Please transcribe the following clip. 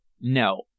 No